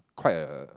quite a